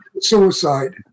Suicide